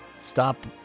Stop